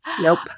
Nope